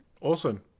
Awesome